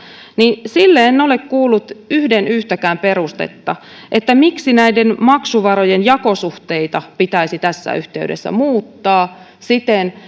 sille en ole kuullut yhden yhtäkään perustetta miksi näiden maksuvarojen jakosuhteita pitäisi tässä yhteydessä muuttaa siten